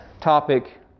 topic